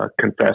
confess